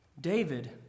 David